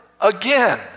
again